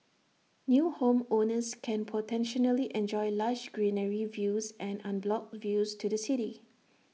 new homeowners can potentially enjoy lush greenery views and unblocked views to the city